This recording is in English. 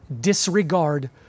disregard